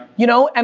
you know? and